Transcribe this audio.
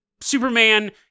Superman